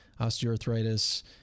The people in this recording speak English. osteoarthritis